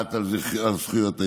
בלהט על זכויות הילד.